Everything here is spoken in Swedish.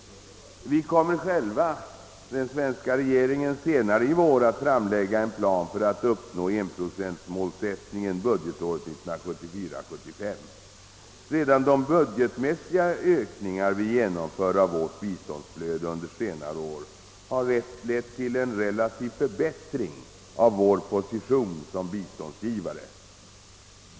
Den svenska regeringen kommer senare i vår att framlägga en plan för att uppnå enprocentmålet budgetåret 1974/75. Redan de budgetmässiga ökningar vi genomfört av vårt biståndsflöde under senare år har lett till en relativ förbättring av vår position som biståndsgivare.